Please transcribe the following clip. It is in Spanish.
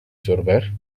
sorber